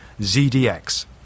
ZDX